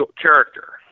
character